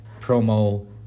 promo